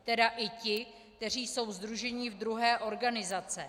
Tedy i ti, kteří jsou sdruženi v druhé organizaci.